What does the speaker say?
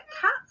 cats